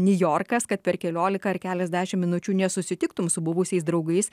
niujorkas kad per keliolika ar keliasdešim minučių nesusitiktum su buvusiais draugais